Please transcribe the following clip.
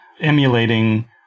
emulating